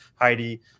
Heidi